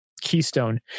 Keystone